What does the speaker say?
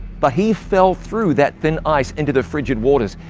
but he fell through that thin ice into the frigid waters.